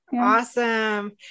Awesome